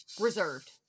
reserved